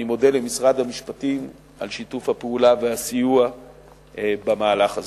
אני מודה למשרד המשפטים על שיתוף הפעולה ועל הסיוע במהלך הזה.